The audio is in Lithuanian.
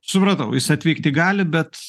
supratau jis atvykti gali bet